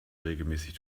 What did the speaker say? regelmäßig